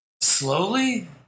slowly